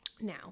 Now